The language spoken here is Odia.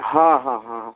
ହଁ ହଁ ହଁ